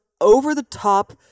over-the-top